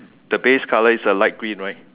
the base colour is uh light green right